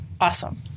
Awesome